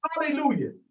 Hallelujah